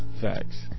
Facts